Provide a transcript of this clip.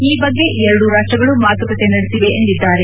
ಈ ಬಗ್ಗೆ ಎರಡೂ ರಾಷ್ಟಗಳು ಮಾತುಕತೆ ನಡೆಸಿವೆ ಎಂದಿದ್ದಾರೆ